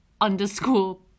underscore